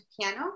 piano